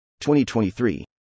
2023